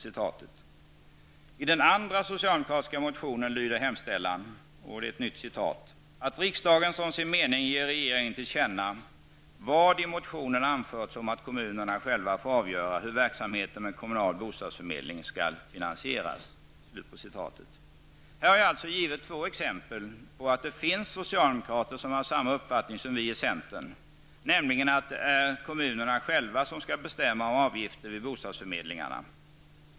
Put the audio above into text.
I den andra socialdemokratiska motionen lyder hemställan: ''att riksdagen som sin mening ger regeringen till känna vad i motionen anförts om att kommunerna själva får avgöra hur verksamheten med kommunal bostadsförmedling skall finansieras.'' Här har jag givit två exempel på att det finns socialdemokrater, som har samma uppfattning som vi i centern, nämligen att det är kommunerna själva som skall bestämma om avgifter vid bostadsförmedlingarna.